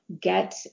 get